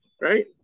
right